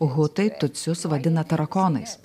hutai tutsius vadina tarakonais